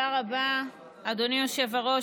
אדוני היושב-ראש,